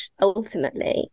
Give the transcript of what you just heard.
ultimately